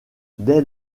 dès